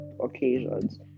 occasions